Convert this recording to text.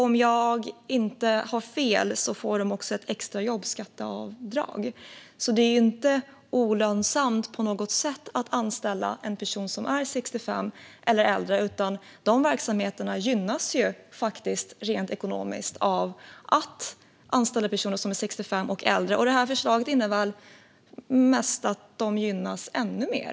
Om jag inte tar fel får de också ett extra jobbskatteavdrag. Det är alltså inte olönsamt på något sätt att anställa en person som är 65 eller äldre. De verksamheterna gynnas faktiskt rent ekonomiskt av att anställa personer som är 65 och äldre. Det här förslaget innebär mest att de gynnas ännu mer.